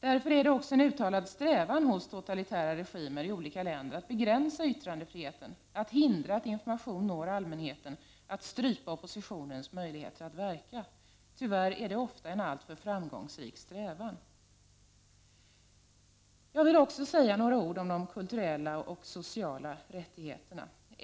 Därför är det också en uttalad strävan hos totalitära regimer i olika länder att begränsa yttrandefriheten, att hindra att information når allmänheten, att strypa oppositionens möjligheter att verka. Tyvärr är det ofta en alltför framgångsrik strävan. Jag vill också säga något ord om de kulturella och sociala rättigheterna.